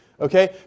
okay